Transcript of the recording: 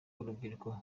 urubyiruko